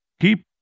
Keep